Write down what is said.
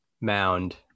mound